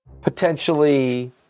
potentially